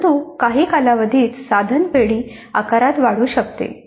परंतु काही कालावधीत साधन पेढी आकारात वाढू शकते